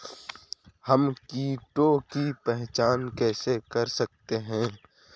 हम कीटों की पहचान कैसे कर सकते हैं?